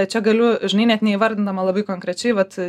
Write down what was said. čia galiu žinai net neįvardindama labai konkrečiai vat